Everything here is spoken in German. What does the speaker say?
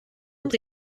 und